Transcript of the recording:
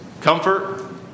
Comfort